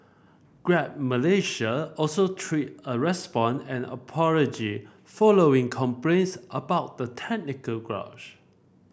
Grab Malaysia also tweeted a response and apology following complaints about the technical